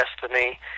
destiny